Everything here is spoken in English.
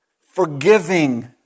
forgiving